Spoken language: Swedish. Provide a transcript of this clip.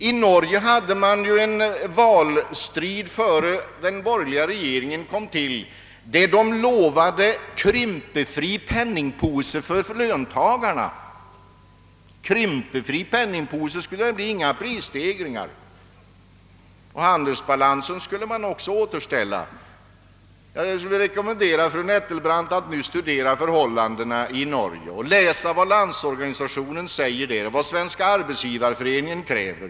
I Norge fördes innan den borgerliga regeringen tillträdde en valstrid varvid lovades »krympefri penningpose» för löntagarna. »Krympefri penningpose» skulle det bli och inga prisstegringar, och handelsbalansen skulle man också återställa. När fru Nettelbrandt säger att det inte får fortsätta så här, skulle jag vilja rekommendera henne att studera förhållandena i Norge och läsa vad den norska landsorganisationen säger liksom även vad den norska arbetsgivareföreningen kräver.